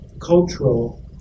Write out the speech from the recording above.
cultural